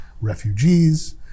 refugees